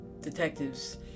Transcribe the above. detectives